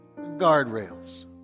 guardrails